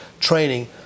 training